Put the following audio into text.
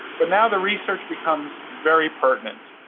but now the research becomes very pertinent.